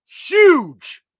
huge